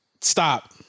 Stop